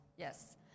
Yes